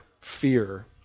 fear